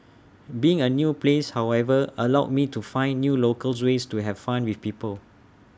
being in A new place however allowed me to find new local ways to have fun with people